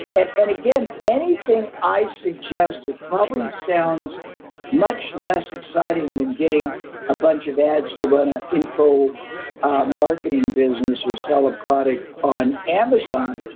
and and again, anything i suggested probably sounds much less exciting than getting a bunch of ads to run an info marketing business or sell a product on amazon.